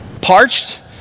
parched